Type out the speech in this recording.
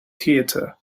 theater